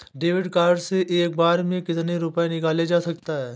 David card से एक बार में कितनी रूपए निकाले जा सकता है?